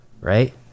right